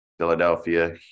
Philadelphia